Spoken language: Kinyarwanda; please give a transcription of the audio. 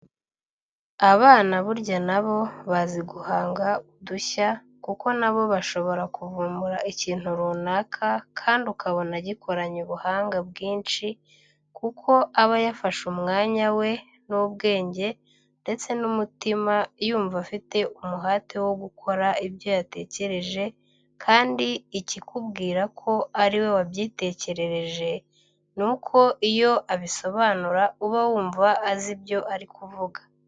Abana burya na bo bazi guhanga udushya kuko na bo bashobora kuvumbura ikintu runaka kandi ukabona gikoranye ubuhanga bwinshi kuko aba yafashe umwanya we n'ubwenge ndetse n'umutima yumva afite umuhate wo gukora ibyo yatekereje kandi ikikubwira ko ari we wabyitekerereje n'uko iyo abisobanura uba wumva azi ibyo ari kuvuga.